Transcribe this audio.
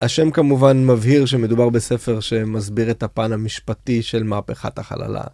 השם כמובן מבהיר שמדובר בספר שמסביר את הפן המשפטי של מהפכת החללה.